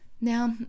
Now